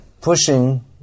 Pushing